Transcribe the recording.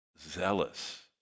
zealous